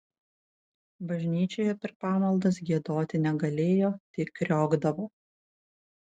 bažnyčioje per pamaldas giedoti negalėjo tik kriokdavo